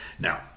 Now